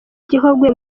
gihogwe